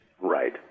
Right